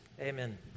Amen